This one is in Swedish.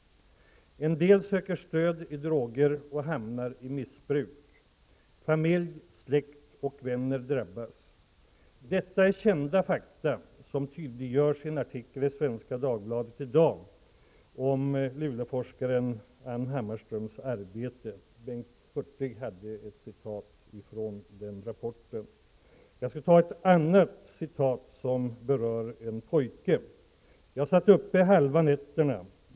En del söker stöd i droger och hamnar i missbruk. Familj, släkt och vänner drabbas. Detta är kända fakta som tydliggörs i en artikel i Svenska Dagbladet i dag om Bengt Hurtig anförde ett citat ur hennes rapport. Jag skall ta ett annat citat, nämligen av en pojke: ''Jag satt uppe halva nätterna.